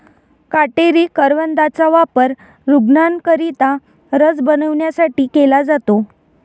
काटेरी करवंदाचा वापर रूग्णांकरिता रस बनवण्यासाठी केला जातो